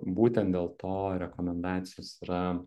būtent dėl to rekomendacijos yra